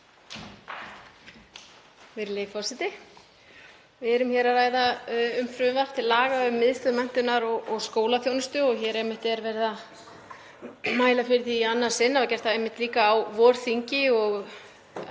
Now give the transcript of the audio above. Við erum hér að ræða um frumvarp til laga um miðstöð menntunar og skólaþjónustu og hér er verið að mæla fyrir því í annað sinn, var gert líka á vorþingi.